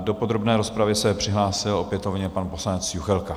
Do podrobné rozpravy se přihlásil opětovně pan poslanec Juchelka.